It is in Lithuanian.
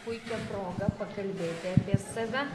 puikią progą pakalbėti apie save